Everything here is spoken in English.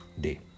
day